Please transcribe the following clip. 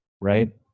right